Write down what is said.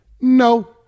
no